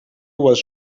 was